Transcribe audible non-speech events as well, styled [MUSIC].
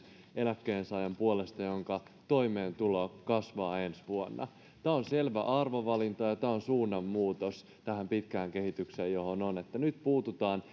eläkkeensaajan puolesta joidenka toimeentulo kasvaa ensi vuonna tämä on selvä arvovalinta ja tämä on suunnanmuutos tähän pitkään kehitykseen nyt puututaan [UNINTELLIGIBLE]